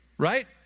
Right